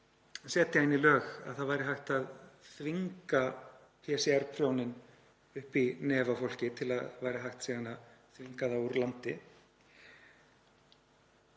setja inn í lög, að það væri hægt að þvinga PCR-prjóninn upp í nefið á fólki til að síðan væri hægt að þvinga það úr landi.